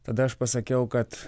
tada aš pasakiau kad